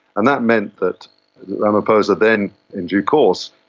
and that meant that ramaphosa then in due course,